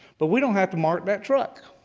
but we don't have to mark that truck.